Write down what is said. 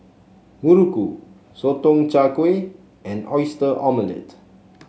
Muruku Sotong Char Kway and Oyster Omelette